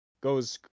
goes